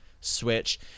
switch